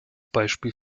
beispiel